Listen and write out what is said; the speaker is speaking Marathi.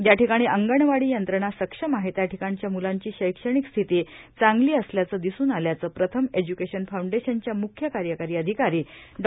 ज्या ठिकाणी अंगणवाडी यंत्रणा सक्षम आहे त्याठिकाणच्या मुलांची शैक्षणिक स्थिती चांगली असल्याचं दिसून आल्याचं प्रधम एज्युकेशन फाऊंडेशनघ्या मुख्य कार्यकारी अधिकारी डॉ